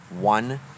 one